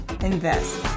invest